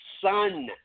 son